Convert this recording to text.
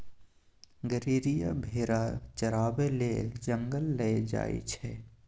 गरेरिया भेरा चराबै लेल जंगल लए जाइ छै